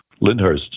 Lindhurst